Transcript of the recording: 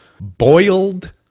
Boiled